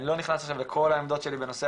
אני לא נכנס עכשיו לכל העמדות שלי בנושא